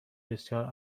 بسیار